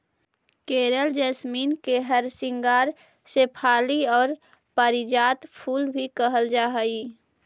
कोरल jasmine के हरसिंगार शेफाली आउ पारिजात फूल भी कहल जा हई